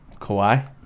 Kawhi